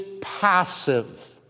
passive